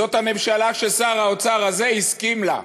זאת הממשלה ששר האוצר הזה הסכים לה,